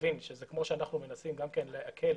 יבין שכמו שאנחנו מנסים להקל,